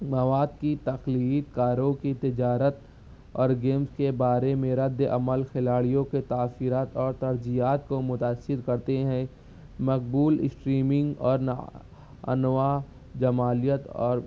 مواد کی تخلیق کاروں کی تجارت اور گیمز کے بارے میں رد عمل کھلاڑیوں کے تاثرات اور ترجیحات کو متأثر کرتے ہیں مقبول اسٹریمنگ اور انواع جمالیت اور